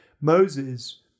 Moses